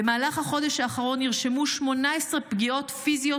במהלך החודש האחרון נרשמו 18 פגיעות פיזיות